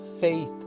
faith